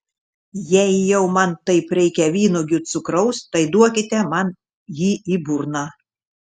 jei jau man taip reikia vynuogių cukraus tai duokite man jį į burną